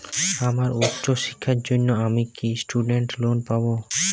আমার উচ্চ শিক্ষার জন্য আমি কি স্টুডেন্ট লোন পাবো